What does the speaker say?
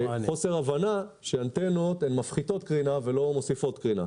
חוסר הבנה שאנטנות מפחיתות קרינה ולא מוסיפות קרינה.